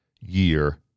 year